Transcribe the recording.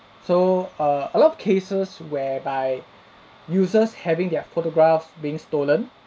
so err lot of cases whereby users having their photographs being stolen